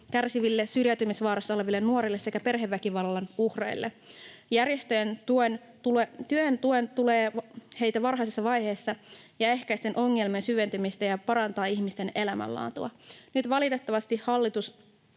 kärsiville, syrjäytymisvaarassa oleville nuorille sekä perheväkivallan uhreille. Järjestöjen työ tukee heitä varhaisessa vaiheessa ja ehkäisee ongelmien syventymistä ja parantaa ihmisten elämänlaatua. Nyt valitettavasti hallitus